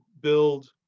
build